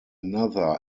another